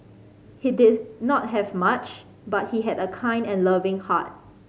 he did not have much but he had a kind and loving heart